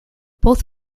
both